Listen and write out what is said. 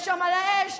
יש שם על האש,